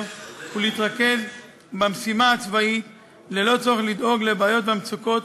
ולהתרכז במשימה הצבאית ללא צורך לדאוג לבעיות והמצוקות